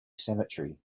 cemetery